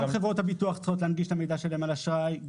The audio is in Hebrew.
גם חברות הביטוח צריכות להנגיש את המידע שלהן על אשראי,